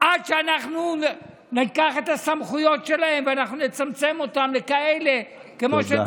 עד שאנחנו ניקח את הסמכויות שלהם ואנחנו נצמצם אותן לכאלה,